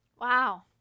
Wow